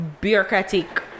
bureaucratic